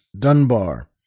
Dunbar